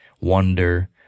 wonder